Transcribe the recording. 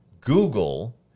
Google